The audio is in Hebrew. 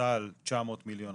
צה"ל 900 מיליון,